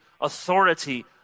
authority